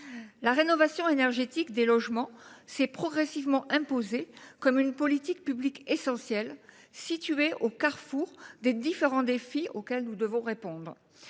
la rénovation énergétique des logements s’est progressivement imposée comme une politique publique essentielle située au carrefour des différents défis auxquels nous devons faire